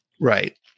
Right